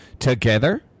together